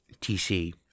TC